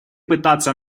пытаться